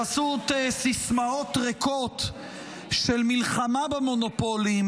בחסות סיסמאות ריקות של מלחמה במונופולים,